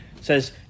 says